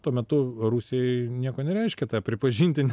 tuo metu rusijai nieko nereiškia tą pripažinti